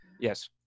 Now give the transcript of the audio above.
Yes